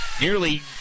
nearly